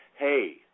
Hey